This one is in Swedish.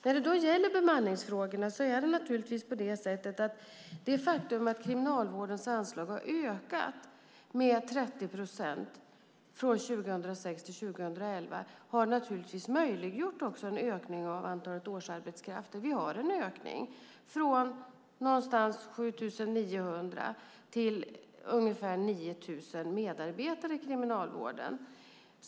När det gäller bemanningsfrågorna har det faktum att Kriminalvårdens anslag har ökat med 30 procent från 2006 till 2011 naturligtvis möjliggjort en ökning av antalet årsarbetskrafter. Vi har haft en ökning från ungefär 7 900 till ungefär 9 000 medarbetare i kriminalvården.